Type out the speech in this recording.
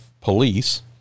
police